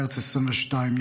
מרץ 2022,